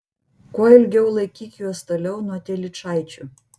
kuo ilgiau laikyk juos toliau nuo telyčaičių